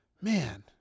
man